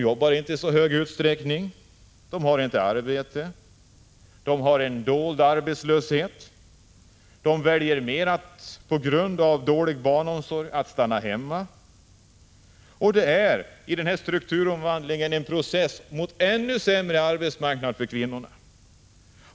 De jobbar inte i stor 23 utsträckning, de har inte arbete, de har en dold arbetslöshet, de väljer på grund av brist på barnomsorg att stanna hemma. Detta är, i den strukturomvandling som pågår, en process som leder till ännu sämre arbetsmarknad för kvinnorna.